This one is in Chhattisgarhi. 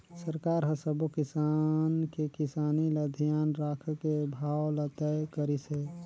सरकार हर सबो किसान के किसानी ल धियान राखके भाव ल तय करिस हे